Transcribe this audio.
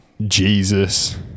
jesus